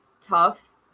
tough